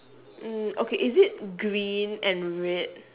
mm okay is it green and red